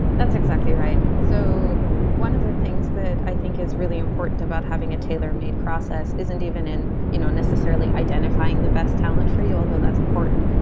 that's exactly right. so one of the things that i think is really important about having a tailor-made process isn't even in you know necessarily identifying the best talent for you, although that's important,